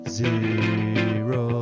zero